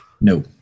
No